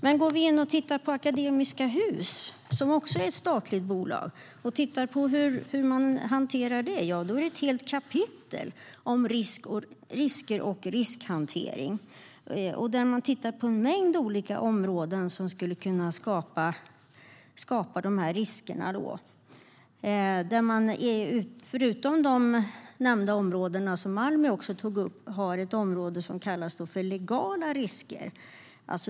Men i årsredovisningen för Akademiska Hus, som också är ett statligt bolag, finns det ett helt kapitel om risker och riskhantering. Det finns en mängd olika områden som skulle kunna skapa dessa risker. Förutom de nämnda områdena, som också Almi tog upp, skriver Akademiska Hus om ett område som kallas för legala risker.